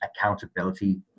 accountability